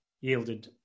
yielded